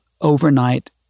overnight